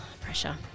pressure